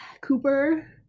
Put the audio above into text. Cooper